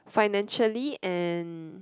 financially and